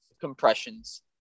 compressions